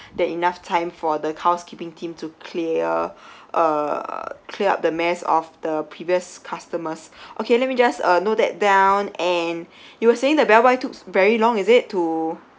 than enough time for the housekeeping team to clear uh clear up the mess of the previous customers okay let me just uh note that down and you were saying the bellboy took very long is it to